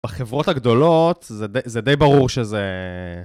בחברות הגדולות, זה די ברור שזה...